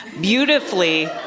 Beautifully